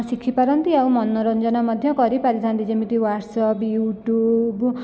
ଶିଖିପାରନ୍ତି ଆଉ ମନୋରଞ୍ଜନ ମଧ୍ୟ କରିପାରିଥାନ୍ତି ଯେମିତି ହ୍ଵାଟସଆପ୍ ୟୁଟ୍ୟୁବ୍